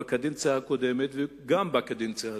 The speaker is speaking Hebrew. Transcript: הוגשו לנו בקדנציה הקודמת וגם בקדנציה הזאת,